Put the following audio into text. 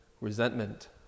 resentment